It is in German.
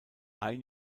ein